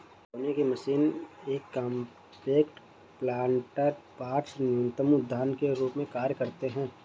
बोने की मशीन ये कॉम्पैक्ट प्लांटर पॉट्स न्यूनतर उद्यान के रूप में कार्य करते है